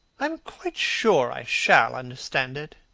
i am quite sure i shall understand it,